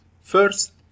First